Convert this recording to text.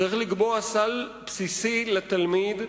צריך לקבוע סל בסיסי לתלמיד,